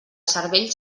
cervell